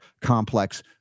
complex